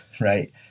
right